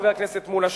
חבר הכנסת מולה,